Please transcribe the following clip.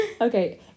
Okay